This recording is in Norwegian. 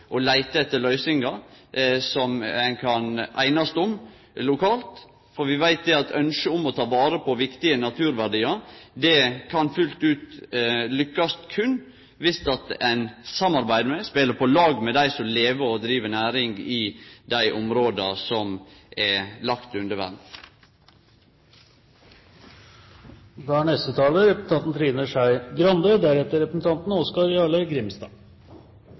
leite etter løysingar som ein kan einast om lokalt. Vi veit at ynsket om å ta vare på viktige naturverdiar kan fullt ut lukkast berre om ein samarbeider med og spelar på lag med dei som lever og driv næring i dei områda som er lagde under vern.